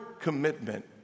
commitment